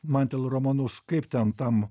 mantel romanus kaip ten tam